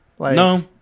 No